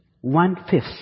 one-fifth